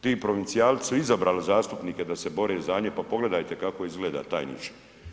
Ti provincijalci su izabrali zastupnike da se bore za njih, po pogledate kako izgleda tajniče.